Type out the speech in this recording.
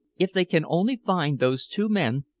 if they can only find those two men,